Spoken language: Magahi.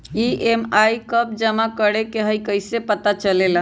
ई.एम.आई कव जमा करेके हई कैसे पता चलेला?